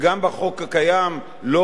לא אוכפים אותו כמידת הצורך.